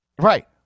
Right